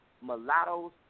mulattoes